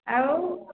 ଆଉ